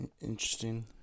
Interesting